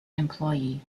employee